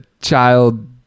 child